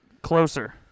Closer